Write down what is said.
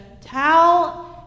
towel